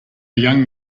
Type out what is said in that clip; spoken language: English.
young